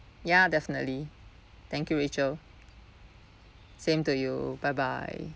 ya definitely thank you rachel same to you bye bye